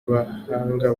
b’abahanga